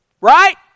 Right